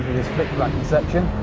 flick-flacky section.